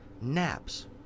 naps